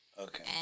okay